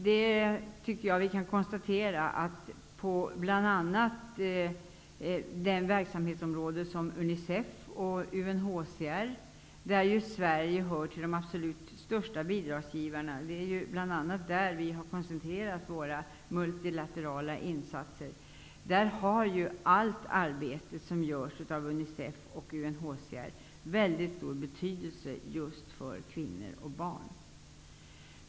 Inom t.ex. Unicefs och UNHCR:s verksamhetsområden är Sverige en av de absolut största bidragsgivarna. Det är ju bl.a. dit som vi har koncentrerat våra multilaterala insatser. Allt arbete där som utförs av Unicef och UNHCR har väldigt stor betydelse just för kvinnor och barn.